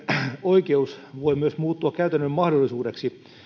oikeus voi myös muuttua käytännön mahdollisuudeksi